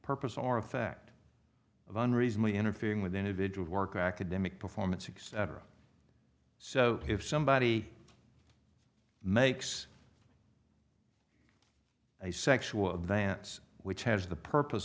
purpose or effect of an recently interfering with individual work academic performance and so if somebody makes a sexual advance which has the purpose